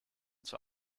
zur